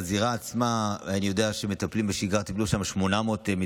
בזירה עצמה אני יודע שמטפלים בשגרה 800 מתנדבים,